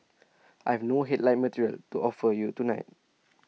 I've no headline material to offer you tonight